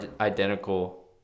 identical